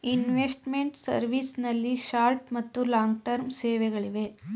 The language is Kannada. ಇನ್ವೆಸ್ಟ್ಮೆಂಟ್ ಸರ್ವಿಸ್ ನಲ್ಲಿ ಶಾರ್ಟ್ ಮತ್ತು ಲಾಂಗ್ ಟರ್ಮ್ ಸೇವೆಗಳಿಗೆ